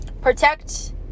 protect